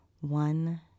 One